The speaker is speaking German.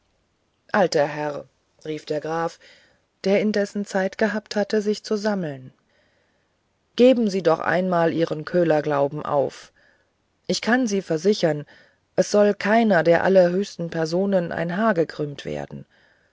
alter herr rief der graf der indessen zeit gehabt hatte sich zu sammeln geben sie doch einmal ihren köhlerglauben auf ich kann sie versichern es soll keiner der allerhöchsten personen ein haar gekrümmt werden